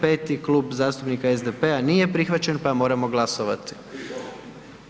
Peti Klub zastupnika SDP-a nije prihvaćen, pa moramo glasovati.